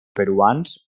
peruans